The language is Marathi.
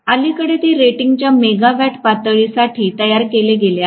अलीकडेच ते रेटिंगच्या मेगावॅट पातळीसाठी तयार केले गेले आहेत